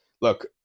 look